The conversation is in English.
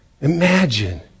Imagine